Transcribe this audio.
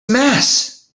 mess